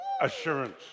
assurance